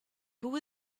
who